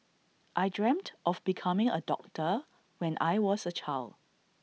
I dreamt of becoming A doctor when I was A child